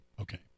Okay